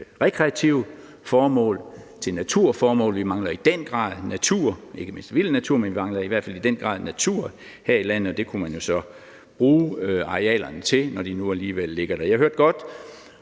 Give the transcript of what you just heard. rekreative formål, til naturformål, for vi mangler i den grad natur, ikke mindst vild natur her i landet, og det kunne man jo så bruge arealerne til, når de nu alligevel ligger der. Jeg hørte godt,